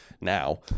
now